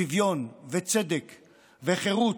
שוויון וצדק וחירות,